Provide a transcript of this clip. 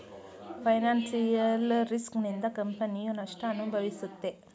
financial risk ನಿಂದ ಕಂಪನಿಯು ನಷ್ಟ ಅನುಭವಿಸುತ್ತೆ